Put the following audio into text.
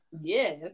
Yes